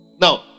Now